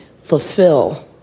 fulfill